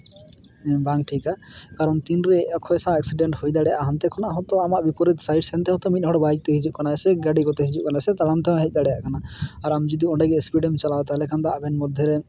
ᱵᱟᱝ ᱴᱷᱤᱠᱟ ᱠᱟᱨᱚᱱ ᱛᱤᱱ ᱨᱮ ᱚᱠᱚᱭ ᱥᱟᱶ ᱮᱠᱥᱤᱰᱮᱱᱴ ᱦᱩᱭ ᱫᱟᱲᱮᱭᱟᱜᱼᱟ ᱦᱟᱱᱛᱮ ᱠᱷᱚᱱᱟᱜ ᱦᱚᱸᱛᱚ ᱟᱢᱟᱜ ᱵᱤᱯᱚᱨᱤᱛ ᱥᱟᱭᱤᱰ ᱠᱷᱚᱱ ᱦᱚᱸᱛᱚ ᱢᱤᱫ ᱦᱚᱲ ᱵᱟᱭᱤᱠ ᱛᱮᱭ ᱦᱤᱡᱩᱜ ᱠᱟᱱᱟ ᱥᱮ ᱜᱟᱹᱰᱤ ᱠᱚᱛᱮᱭ ᱦᱤᱡᱩᱜ ᱠᱟᱱᱟ ᱥᱮ ᱛᱟᱲᱟᱢ ᱛᱮᱦᱚᱸᱭ ᱦᱤᱡ ᱫᱟᱲᱮᱭᱟᱜ ᱠᱟᱱᱟ ᱟᱨ ᱟᱢ ᱡᱩᱫᱤ ᱚᱸᱰᱮ ᱜᱮ ᱤᱥᱯᱤᱰᱮᱢ ᱪᱟᱞᱟᱣ ᱛᱟᱦᱚᱞᱮ ᱠᱷᱟᱱ ᱫᱚ ᱟᱵᱮᱱ ᱢᱚᱫᱽᱫᱷᱮ ᱨᱮ